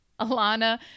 Alana